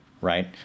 Right